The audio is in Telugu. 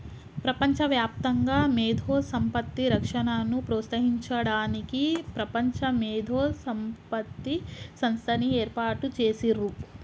ప్రపంచవ్యాప్తంగా మేధో సంపత్తి రక్షణను ప్రోత్సహించడానికి ప్రపంచ మేధో సంపత్తి సంస్థని ఏర్పాటు చేసిర్రు